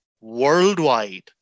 worldwide